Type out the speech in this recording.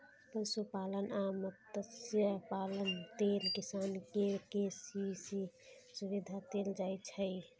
पशुपालन आ मत्स्यपालन लेल किसान कें के.सी.सी सुविधा देल जाइ छै